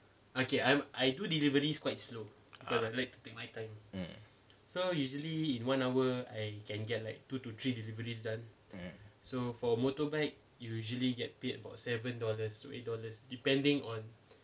ah mm mm